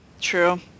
True